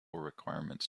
requirements